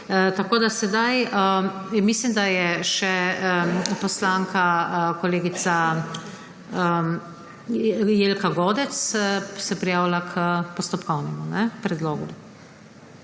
dr. Olaj. Mislim, da se je še poslanka kolegica Jelka Godec prijavila k postopkovnemu predlogu.